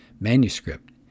manuscript